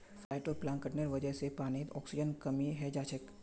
फाइटोप्लांकटनेर वजह से पानीत ऑक्सीजनेर कमी हैं जाछेक